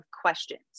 questions